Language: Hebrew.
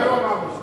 מתי הוא אמר את זה?